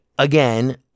Again